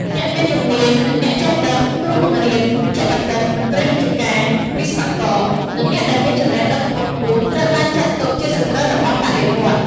អ្នកមានជំនាញ និងអ្នកចេះដឹង គ្រូបង្រៀន វេជ្ជបណ្ឌិត មន្ត្រីរាជការ វិស្វករ និងអ្នកដែលមានចំណេះដឹងខ្ពង់ខ្ពស់ ត្រូវបានចាត់ទុកជាសត្រូវរបស់បដិវត្តន៍។